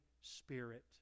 Spirit